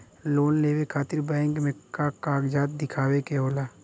Loan लेवे खातिर bank मे का कागजात दिखावे के होला?